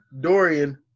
Dorian